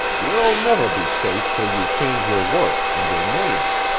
you'll never be safe till you change your work and your name.